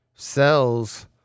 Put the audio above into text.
Cells